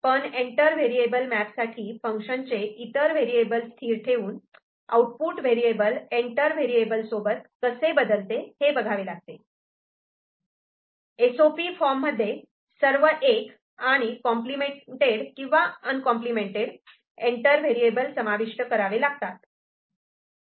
पण enter variable map साठी function चे इतर व्हेरिएबल स्थिर ठेवून आउटपुट व्हेरिएबल एंटर व्हेरिएबल सोबत कसे बदलते हे बघावे लागते एस ओ पी फॉर्म मध्ये सर्व '1' आणि कॉम्प्लिमेंटड किंवा आणकॉम्प्लिमेंऍड एंटर व्हेरिएबल समाविष्ट करावे लागतात